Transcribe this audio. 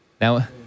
Now